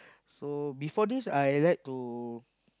so before this I like to